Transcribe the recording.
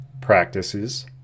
practices